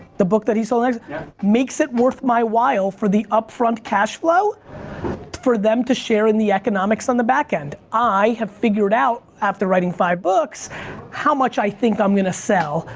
the book that that he sold makes makes it worth my while for the upfront cash flow for them to share in the economics on the back end. i have figured out after writing five books how much i think i'm gonna sell.